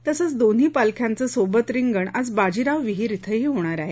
तसंच दोन्ही पालख्यांचं सोबत रिंगण आज बाजीराव विहीर इथं होणार आहे